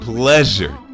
pleasure